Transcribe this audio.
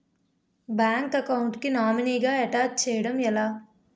Bank account కి nominee గా attach చేయడం ఎలా?